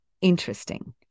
interesting